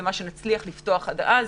מה שנצליח לפתוח עד אז,